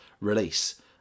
release